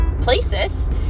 places